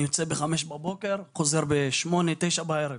אני יוצא בחמש בבוקר וחוזר בשעה 21:00-20:00 בערב,